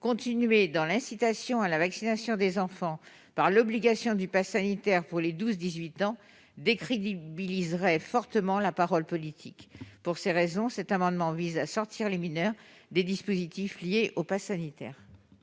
Continuer dans l'incitation à la vaccination des enfants, par l'obligation du passe sanitaire pour les 12-18 ans, décrédibiliserait fortement la parole politique. Pour ces raisons, cet amendement vise à sortir les mineurs des dispositifs liés au passe sanitaire.